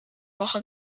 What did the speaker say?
woche